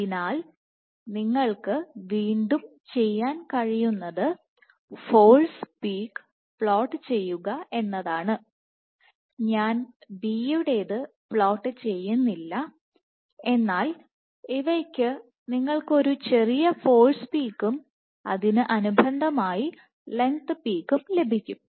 അതിനാൽ നിങ്ങൾക്ക് വീണ്ടും ചെയ്യാൻ കഴിയുന്നത് ഫോഴ്സ് പീക്ക് പ്ലോട്ട് ചെയ്യുക എന്നതാണ്ഞാൻ B യുടേത് പ്ലോട്ട് ചെയ്യുന്നില്ല എന്നാൽ ഇവയ്ക്ക്നിങ്ങൾക്ക് ഒരു ചെറിയ ഫോഴ്സ് പീക്കും അതിന് അനുബന്ധമായി ആയി ലെങ്ത് പീക്കും ലഭിക്കും